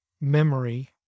memory